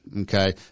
Okay